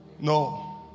No